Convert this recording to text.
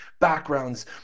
backgrounds